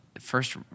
first